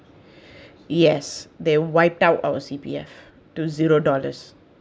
yes they wiped out our C_P_F to zero dollars